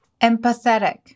Empathetic